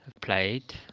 played